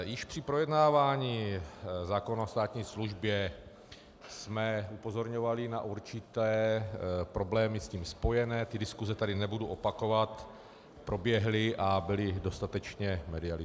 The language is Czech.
Již při projednávání zákona o státní službě jsme upozorňovali na určité problémy s tím spojené, ty diskuse tady nebudu opakovat, proběhly a byly dostatečně medializovány.